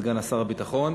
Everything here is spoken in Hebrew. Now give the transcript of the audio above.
סגן שר הביטחון,